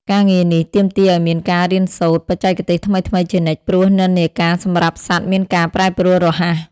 ការងារនេះទាមទារឱ្យមានការរៀនសូត្របច្ចេកទេសថ្មីៗជានិច្ច ព្រោះនិន្នាការសម្រស់សត្វមានការប្រែប្រួលរហ័ស។